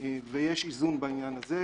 ויש איזון בעניין הזה.